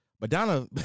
Madonna